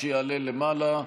שיעלה למעלה,